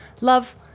Love